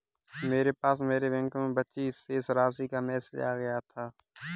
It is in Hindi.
मेरे पास मेरे बैंक में बची शेष राशि का मेसेज आ गया था